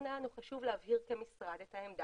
היה לנו חשוב להבהיר כמשרד את העמדה,